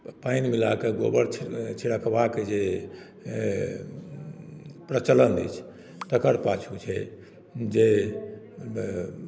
पानि मिला कऽ गोबर छिड़ छिड़कबाक जे प्रचलन अछि तकर पाछू छै जे